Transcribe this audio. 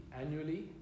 annually